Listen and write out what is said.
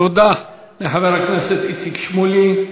תודה לחבר הכנסת שמולי.